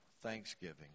thanksgiving